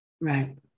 Right